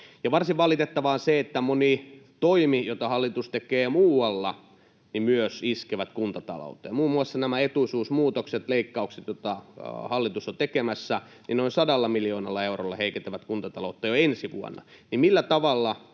varsin valitettavaa on se, että myös monet toimet, joita hallitus tekee muualla, iskevät kuntatalouteen — muun muassa nämä etuisuusmuutokset, leikkaukset, joita hallitus on tekemässä — ja noin sadalla miljoonalla eurolla heikentävät kuntataloutta jo ensi vuonna.